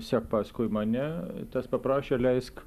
sek paskui mane tas paprašė leisk